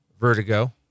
Vertigo